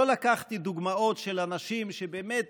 לא לקחתי דוגמאות של אנשים שבאמת